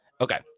Okay